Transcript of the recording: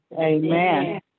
Amen